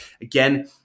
again